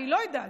אני לא יודעת.